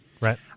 right